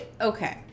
okay